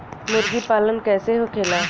मुर्गी पालन कैसे होखेला?